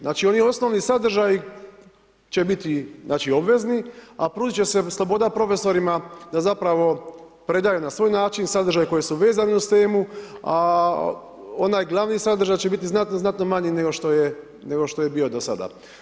Znači osnovni sadržaji će biti znači obvezni, a pružit će se sloboda profesorima da zapravo predaje na svoj način sadržaje koji su vezani uz temu, a onaj glavni sadržaj će biti znatno manji nego što je bio do sada.